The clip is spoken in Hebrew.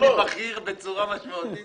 שיעבירו למשרד הבריאות,